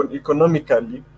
economically